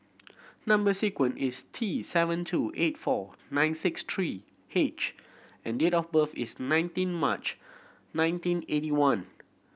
number sequence is T seven two eight four nine six three H and date of birth is nineteen March nineteen eighty one